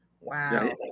Wow